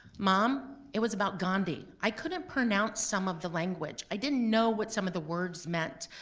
mom, it was about gandhi, i couldn't pronounce some of the language, i didn't know what some of the words meant.